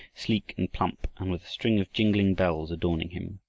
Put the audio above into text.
sleek and plump and with a string of jingling bells adorning him.